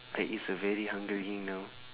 I is a very hungry now